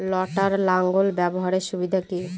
লটার লাঙ্গল ব্যবহারের সুবিধা কি?